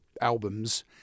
albums